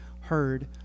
heard